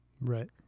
Right